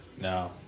No